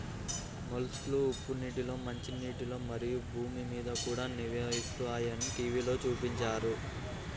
మొలస్క్లు ఉప్పు నీటిలో, మంచినీటిలో, మరియు భూమి మీద కూడా నివసిస్తాయని టీవిలో చూపించారు